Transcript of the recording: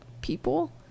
people